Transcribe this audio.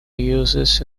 users